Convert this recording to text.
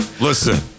listen